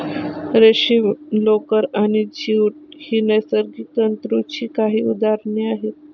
रेशीम, लोकर आणि ज्यूट ही नैसर्गिक तंतूंची काही उदाहरणे आहेत